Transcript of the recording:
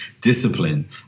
discipline